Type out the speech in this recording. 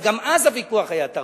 וגם אז הוויכוח היה תרבותי,